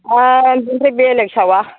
अ इनिफ्राय बेलेक सावा